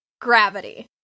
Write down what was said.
Gravity